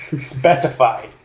specified